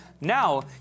Now